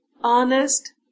honest